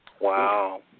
Wow